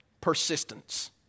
persistence